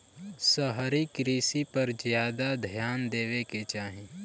शहरी कृषि पर ज्यादा ध्यान देवे के चाही